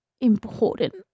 important